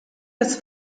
das